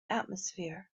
atmosphere